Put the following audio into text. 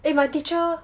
eh my teacher